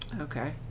Okay